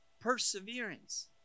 Perseverance